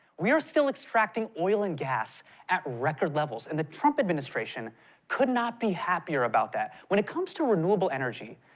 we are still extracting oil and gas at record levels. and the trump administration could not be happier about that. when it comes to renewable energy,